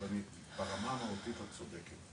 אבל ברמה המהותית את צודקת,